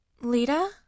Lita